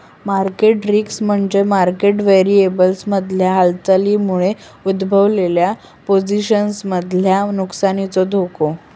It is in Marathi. मार्केट रिस्क म्हणजे मार्केट व्हेरिएबल्समधल्या हालचालींमुळे उद्भवलेल्या पोझिशन्समधल्या नुकसानीचो धोको